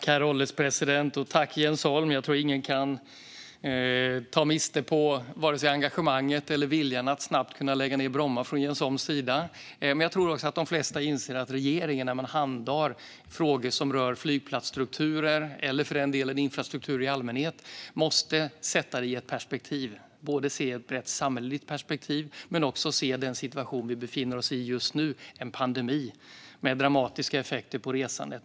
Herr ålderspresident! Jag tror inte att någon kan ta miste på vare sig engagemanget eller viljan att snabbt kunna lägga ned Bromma från Jens Holms sida. Men jag tror också att de flesta inser att regeringen, när vi handhar frågor som rör flygplatsstrukturer eller för den delen infrastruktur i allmänhet, måste sätta detta i ett perspektiv. Vi måste se det i ett samhälleligt perspektiv men också se den situation som vi befinner oss i just nu med en pandemi med dramatiska effekter på resandet.